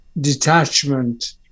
detachment